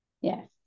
yes